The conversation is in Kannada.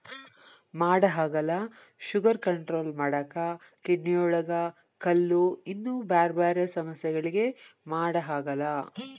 ಮಾಡಹಾಗಲ ಶುಗರ್ ಕಂಟ್ರೋಲ್ ಮಾಡಾಕ, ಕಿಡ್ನಿಯೊಳಗ ಕಲ್ಲು, ಇನ್ನೂ ಬ್ಯಾರ್ಬ್ಯಾರೇ ಸಮಸ್ಯಗಳಿಗೆ ಮಾಡಹಾಗಲ ಮದ್ದಾಗೇತಿ